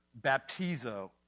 baptizo